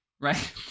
right